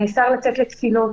נאסר לצאת לתפילות,